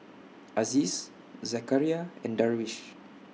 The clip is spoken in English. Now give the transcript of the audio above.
Aziz Zakaria and Darwish